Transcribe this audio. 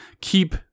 keep